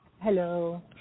Hello